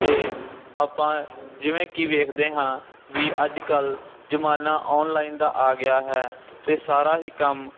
ਅਤੇ ਆਪਾਂ ਜਿਵੇਂ ਕਿ ਵੇਖਦੇ ਹਾਂ ਵੀ ਅੱਜ ਕੱਲ੍ਹ ਜ਼ਮਾਨਾ ਆਨਲਾਈਨ ਦਾ ਆ ਗਿਆ ਹੈ ਤਾਂ ਸਾਰਾ ਹੀ ਕੰਮ